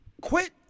Quit